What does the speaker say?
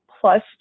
plus